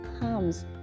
comes